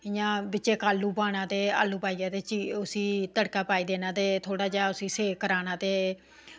ते इंया बिच इक्क आलू पाना ते बिच आलू पाइयै ते बिच तड़का पाई देना ते थोह्ड़ा जेहा उसी सेक कराना ते